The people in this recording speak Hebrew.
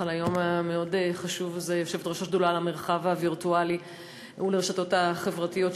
יושבת-ראש השדולה למרחב הווירטואלי ולרשתות החברתיות,